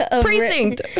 precinct